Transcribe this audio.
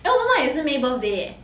eh 我妈妈也是 may birthday eh